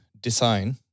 design